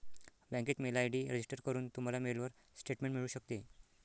बँकेत mail ID register करून, तुम्हाला मेलवर स्टेटमेंट मिळू शकते